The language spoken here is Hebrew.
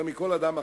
יותר מכל אדם אחר,